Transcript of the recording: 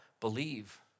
believe